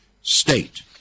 state